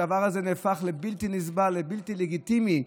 הדבר הזה נהפך לבלתי נסבל, לבלתי לגיטימי.